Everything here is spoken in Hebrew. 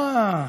אה,